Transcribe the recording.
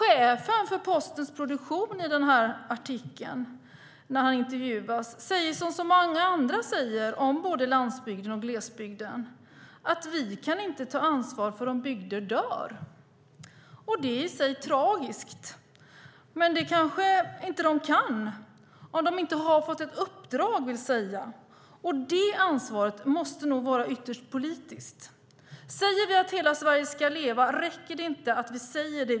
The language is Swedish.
I en intervju säger chefen för Postens produktion - som så många andra säger om både landsbygden och glesbygden - att de inte kan ta ansvar för om bygder dör. Det är i sig tragiskt. Men de kanske inte kan det om de inte har fått ett uppdrag, och det ansvaret måste nog ytterst vara politiskt. Det räcker inte att säga att hela Sverige ska leva.